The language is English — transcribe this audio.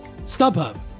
StubHub